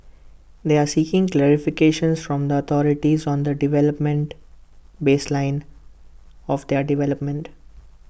they are seeking clarifications from the authorities on the development baseline of their development